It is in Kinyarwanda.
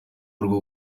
rwo